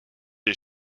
les